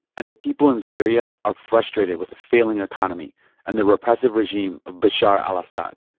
and the people in syria are frustrated with a failing economy and the repressive regime of bashar al-assad,